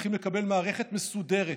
צריכים לקבל מערכת מסודרת